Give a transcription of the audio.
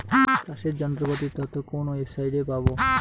চাষের যন্ত্রপাতির তথ্য কোন ওয়েবসাইট সাইটে পাব?